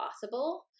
possible